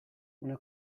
una